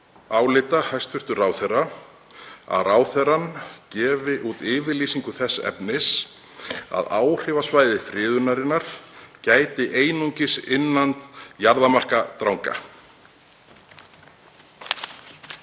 álita, hæstv. ráðherra, að ráðherrann gefi út yfirlýsingu þess efnis að áhrifa friðunarinnar gæti einungis innan jarðarmarka Dranga?